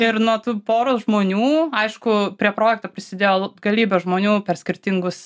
ir nuo tų poros žmonių aišku prie projekto prisidėjo lab galybė žmonių per skirtingus